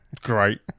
Great